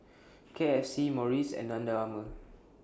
K F C Morries and Under Armour